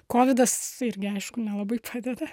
kovidas irgi aišku nelabai padeda